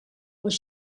els